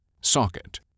SOCKET